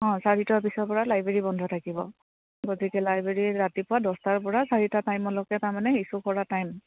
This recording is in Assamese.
অঁ চাৰিটা পিছৰ পৰা লাইব্ৰেৰী বন্ধ থাকিব গতিকে লাইব্ৰেৰীত ৰাতিপুৱা দহটাৰ পৰা চাৰিটা টাইমলৈকে তাৰমানে ইছ্যু কৰা টাইম